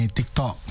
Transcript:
TikTok